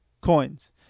coins